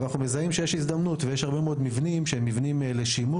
אנחנו מזהים שיש הזדמנות ויש הרבה מאוד מבנים שהם מבנים לשימור,